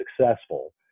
successful